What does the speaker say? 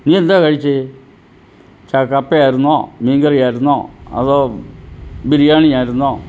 നീ എന്താ കഴിച്ചെ സ കപ്പ ആയിരുന്നോ മീൻ കറി ആയിരുന്നോ അതോ ബിരിയാണി ആയിരുന്നോ